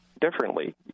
differently